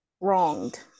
wronged